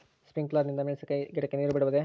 Sprinkler ನಿಂದ ಮೆಣಸಿನಕಾಯಿ ಗಿಡಕ್ಕೆ ನೇರು ಬಿಡಬಹುದೆ?